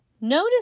Notice